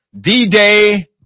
D-Day